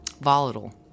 volatile